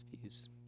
views